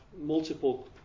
multiple